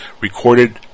recorded